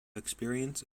experience